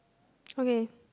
okay